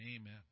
amen